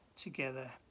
together